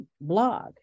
blog